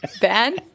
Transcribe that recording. Ben